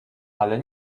ale